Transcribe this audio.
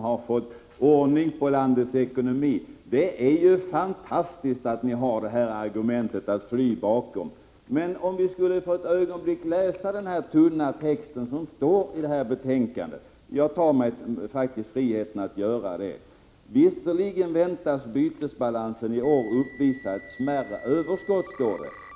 har fått ordning på landets ekonomi, sade Bo Forslund. Det är ju fantastiskt att ni har det argumentet att gömma er bakom! Tänk om vi för ett ögonblick skulle läsa texten i den här tunna propositionen! Jag tar mig faktiskt friheten att göra det: ”Visserligen väntas bytesbalansen i år uppvisa ett smärre överskott”, heter det.